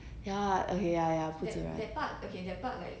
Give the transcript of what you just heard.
ya lah okay ya ya 不自然